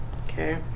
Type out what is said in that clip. Okay